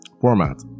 format